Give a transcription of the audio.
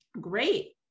Great